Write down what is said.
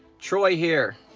troi here.